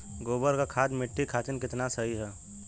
गोबर क खाद्य मट्टी खातिन कितना सही ह?